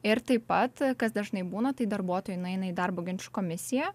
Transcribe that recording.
ir taip pat kas dažnai būna tai darbuotojai nueina į darbo ginčų komisiją